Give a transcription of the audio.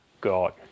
God